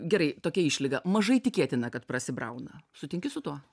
gerai tokia išlyga mažai tikėtina kad prasibrauna sutinki su tuo